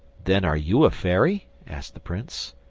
then are you a fairy? asked the prince.